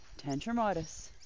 tantrumitis